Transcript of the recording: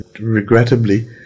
Regrettably